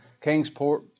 Kingsport